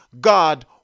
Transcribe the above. god